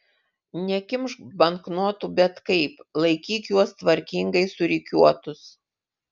nekimšk banknotų bet kaip laikyk juos tvarkingai surikiuotus